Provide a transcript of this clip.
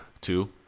two